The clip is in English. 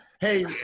hey